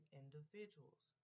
individuals